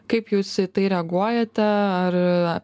kaip jūs į tai reaguojate ar